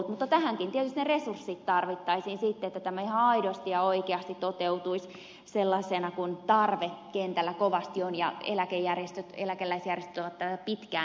mutta tähänkin tietysti ne resurssit tarvittaisiin että tämä ihan aidosti ja oikeasti toteutuisi sellaisena kuin tarve kentällä kovasti on ja eläkeläisjärjestöt ovat tätä pitkään vaatineet